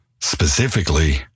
specifically